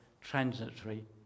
transitory